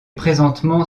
présentement